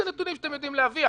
אלה נתונים שאתם יודעים להביא.